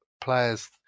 players